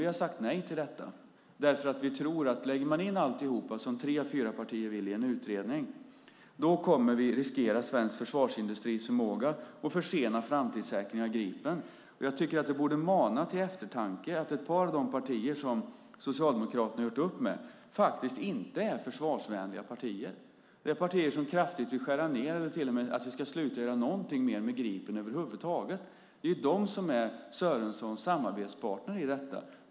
Vi har sagt nej till detta därför att vi tror att om man lägger in allt som tre fyra partier vill i en utredning kommer vi att riskera svensk försvarsindustris förmåga och försena framtidssäkringen av Gripen. Jag tycker att det borde mana till eftertanke att ett par av de partier som Socialdemokraterna har gjort upp med faktiskt inte är försvarsvänliga partier. Det är partier som kraftigt vill skära ned och till med vill att vi ska sluta göra någonting mer med Gripen över huvud taget. Det är ju de som är Sörensons samarbetspartner i detta.